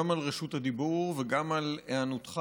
גם על רשות הדיבור וגם על היענותך